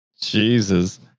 Jesus